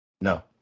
No